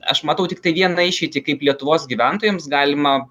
aš matau tiktai vieną išeitį kaip lietuvos gyventojams galima